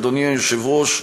אדוני היושב-ראש,